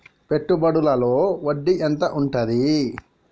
పెట్టుబడుల లో వడ్డీ ఎంత ఉంటది?